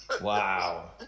Wow